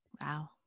Wow